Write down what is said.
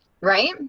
Right